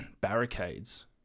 barricades